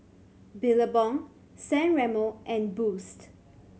Billabong San Remo and Boost